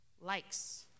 likes